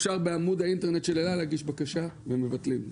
אפשר בעמוד האינטרנט של אל על להגיש בקשה לביטול ומבטלים,